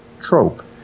trope